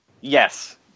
Yes